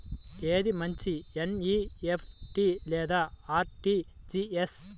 ఏది మంచి ఎన్.ఈ.ఎఫ్.టీ లేదా అర్.టీ.జీ.ఎస్?